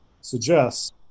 suggests